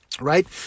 Right